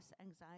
anxiety